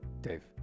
Dave